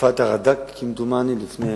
מתקופת רד"ק, דומני, לפני